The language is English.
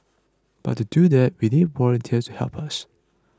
but to do that we need volunteers to help us